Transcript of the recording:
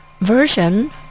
version